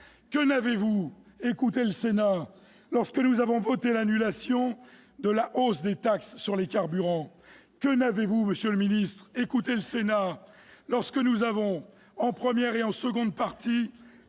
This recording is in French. Que n'avez-vous écouté le Sénat lorsque nous avons voté l'annulation de la hausse des taxes sur les carburants ?